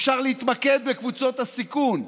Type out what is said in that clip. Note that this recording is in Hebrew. אפשר להתמקד בקבוצות הסיכון,